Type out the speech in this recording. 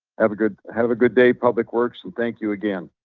have a good, have a good day public works and thank you again.